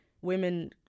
women